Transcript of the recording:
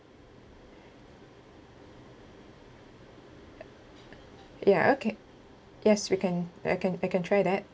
ya okay yes we can I can I can try that